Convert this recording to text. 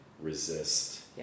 resist